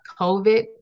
COVID